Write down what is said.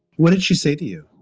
what did she say to you?